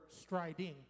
striding